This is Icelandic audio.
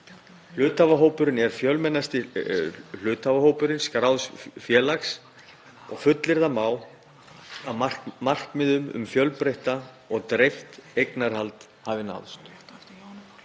Hluthafahópurinn er fjölmennasti hluthafahópur skráðs félags og fullyrða má að markmið um fjölbreytt og dreift eignarhald hafi náðst.